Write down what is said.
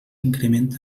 incrementa